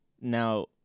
Now